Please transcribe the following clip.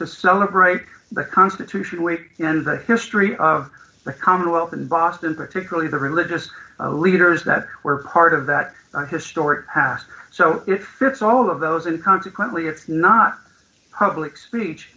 to celebrate the constitution and the street of the commonwealth in boston particularly the religious leaders that were part of that historic past so it fits all of those and consequently it's not public speech